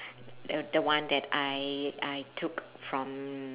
the the one that I I took from